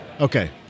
Okay